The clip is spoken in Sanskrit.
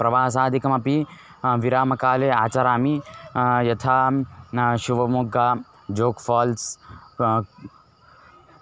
प्रवासादिकमपि विरामकाले आचरामि यथा शिवमोग्गा जोग् फ़ाल्स्